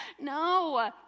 no